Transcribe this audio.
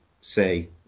say